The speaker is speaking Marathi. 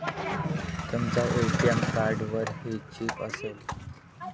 तुमच्या ए.टी.एम कार्डवरही चिप असेल